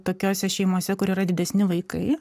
tokiose šeimose kur yra didesni vaikai